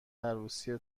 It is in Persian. عروسی